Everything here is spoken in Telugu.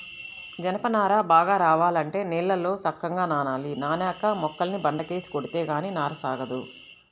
జనప నార బాగా రావాలంటే నీళ్ళల్లో సక్కంగా నానాలి, నానేక మొక్కల్ని బండకేసి కొడితే గానీ నార సాగదు